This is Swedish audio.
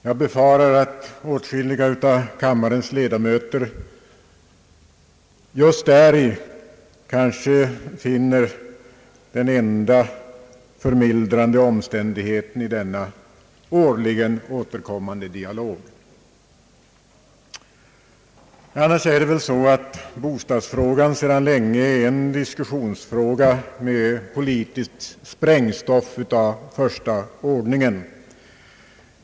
Jag befarar att åtskilliga av kammarens ledamöter just däri kanske finner den enda förmildrande omständigheten i denna årligen återkommande dialog. Bostadsfrågan är väl annars sedan Anslag till bostadsbyggande m.m. länge en diskussionsfråga med politiskt sprängstoff av första ordningen.